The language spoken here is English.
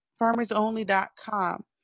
FarmersOnly.com